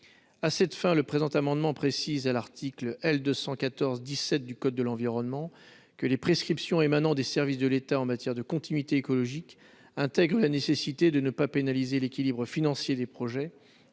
à cette fin, le présent amendement précise à l'article L 214 17 du code de l'environnement que les prescriptions émanant des services de l'État en matière de continuité écologique intègre la nécessité de ne pas pénaliser l'équilibre financier des projets